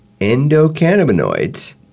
endocannabinoids